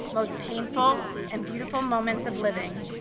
most painful, and beautiful moments of living,